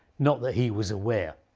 not that he was aware.